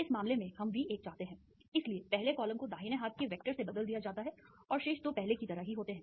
इस मामले में हम V1 चाहते हैं इसलिए पहले कॉलम को दाहिने हाथ के वेक्टर से बदल दिया जाता है और शेष दो पहले की तरह ही होते हैं